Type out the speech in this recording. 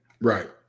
Right